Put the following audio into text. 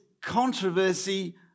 controversy